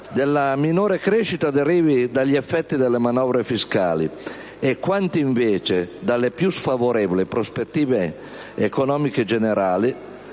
della minore crescita derivi dagli effetti delle manovre fiscali e quanta invece dalle più sfavorevoli prospettive economiche generali;